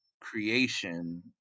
creation